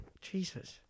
Jesus